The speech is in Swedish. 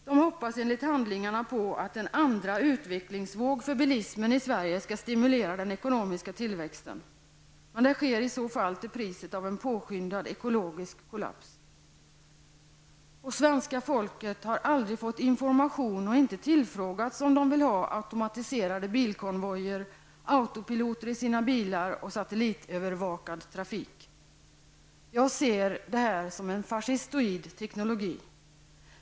De hoppas enligt handlingarna på att en andra utvecklingsvåg för bilismen i Sverige skall stimulera den ekonomiska tillväxten. Men det sker i så fall till priset av en påskyndad ekologisk kollaps. Svenska folket har aldrig fått information och inte tillfrågats om de vill ha automatiserade bilkonvojer, autopiloter i sina bilar och satellitövervakad trafik. Jag ser detta som en fascistoid teknologi.